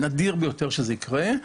זה נדיר מאוד שזה קורה.